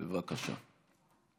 בבקשה.